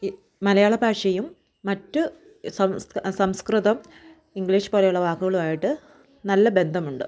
ഈ മലയാളഭാഷയും മറ്റ് സംസ്ക സംസ്കൃതം ഇംഗ്ലീഷ് പോലെയുള്ള വാക്കുകളുമായിട്ട് നല്ല ബന്ധമുണ്ട്